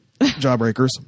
Jawbreakers